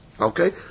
Okay